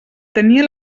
tenia